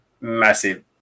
massive